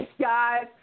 guys